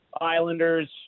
Islanders